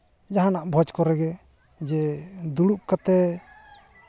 ᱡᱟᱦᱟᱱᱟᱜ ᱵᱷᱚᱡᱽ ᱠᱚᱨᱮᱜᱮ ᱫᱩᱲᱩᱵ ᱠᱟᱛᱮᱫ